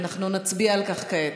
אנחנו נצביע על כך כעת.